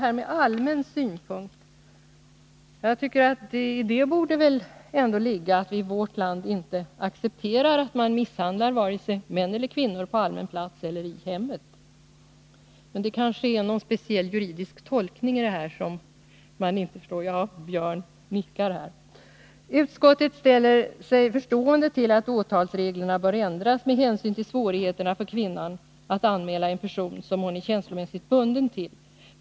I ”allmän synpunkt” borde det väl i vårt land ändå ligga att man inte accepterar att vare sig män eller kvinnor misshandlas på allmän plats eller i hemmet. Men det är kanske någon speciell juridisk tolkning som man inte förstår — ja, Björn Körlof nickar. Utskottet ställer sig förstående till att åtalsreglerna bör ändras med hänsyn till svårigheterna för kvinnan att anmäla en person som hon är känslomässigt bunden till.